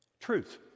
Truth